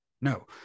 No